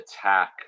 attack